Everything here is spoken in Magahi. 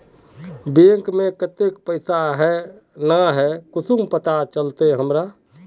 बैंक में केते पैसा है ना है कुंसम पता चलते हमरा?